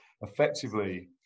effectively